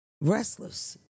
Restless